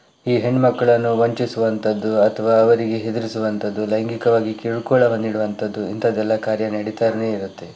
ಈ ಹೆಣ್ಣುಮಕ್ಕಳನ್ನು ವಂಚಿಸುವಂಥದ್ದು ಅಥವಾ ಅವರಿಗೆ ಹೆದರಿಸುವಂಥದ್ದು ಲೈಂಗಿಕವಾಗಿ ಕಿರುಕುಳವನ್ನು ನೀಡುವಂಥದ್ದು ಇಂಥದ್ದೆಲ್ಲ ಕಾರ್ಯ ನಡೀತಾನೇ ಇರುತ್ತೆ